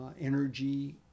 energy